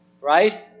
right